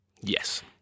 yes